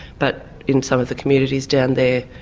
but in some of the communities down there,